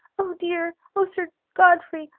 oh, dear oh, sir godfrey!